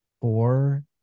four